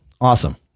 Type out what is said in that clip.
Awesome